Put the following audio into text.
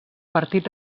partit